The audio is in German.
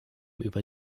über